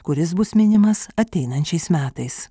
kuris bus minimas ateinančiais metais